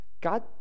God